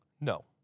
No